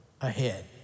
ahead